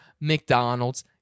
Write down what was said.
McDonald's